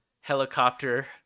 helicopter